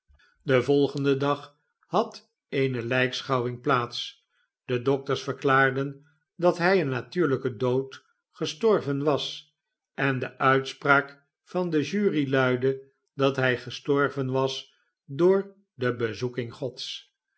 den volgenden dag had eene lijkschouwing plaats de dokters verklaarden dat hij een natuurlijken dood gestorven was en de uitspraak van de jury luidde dat hij gestorven was door de bezoeking gods